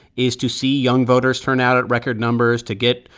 is to see young voters turn out at record numbers, to get,